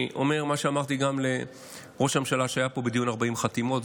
אני אומר מה שאמרתי גם לראש הממשלה כשהיה פה בדיון 40 חתימות,